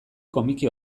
komiki